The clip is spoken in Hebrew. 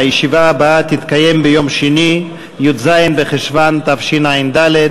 הישיבה הבאה תתקיים ביום שני, י"ז בחשוון תשע"ד,